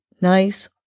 nice